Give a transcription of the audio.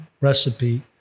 recipe